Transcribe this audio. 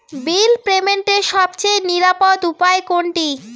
বিল পেমেন্টের সবচেয়ে নিরাপদ উপায় কোনটি?